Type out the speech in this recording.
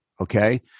okay